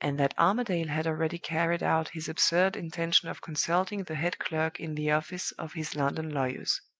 and that armadale had already carried out his absurd intention of consulting the head-clerk in the office of his london lawyers.